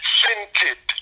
scented